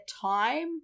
time